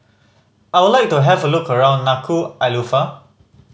I would like to have a look around Nuku'alofa